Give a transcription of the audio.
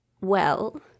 Well